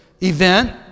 event